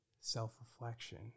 self-reflection